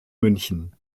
münchen